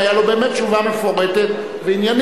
והיתה לו באמת תשובה מפורטת ועניינית,